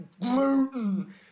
gluten